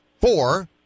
four